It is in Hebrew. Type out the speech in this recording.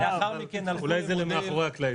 אבל אולי זה מאחורי הקלעים.